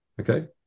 Okay